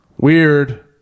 Weird